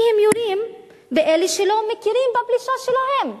כי יורים באלה שלא מכירים בפלישה שלהם,